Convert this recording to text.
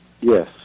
Yes